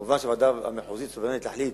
מובן שהוועדה המחוזית סוברנית להחליט